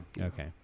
okay